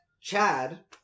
Chad